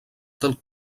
del